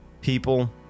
people